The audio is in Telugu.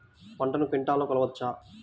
పంటను క్వింటాల్లలో కొలవచ్చా?